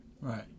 right